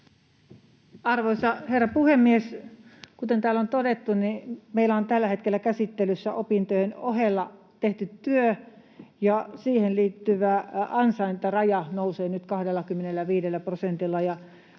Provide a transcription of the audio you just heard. Arvoisa herra puhemies! Kuten täällä on todettu, meillä on tällä hetkellä käsittelyssä opintojen ohella tehty työ, ja siihen liittyvä ansaintaraja nousee nyt 25 prosentilla.